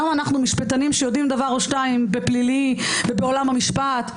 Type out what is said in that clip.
גם אנחנו משפטנים שיודעים דבר או שניים בפלילי ובעולם המשפט,